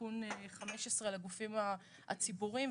תיקון 15 לגופים הציבוריים.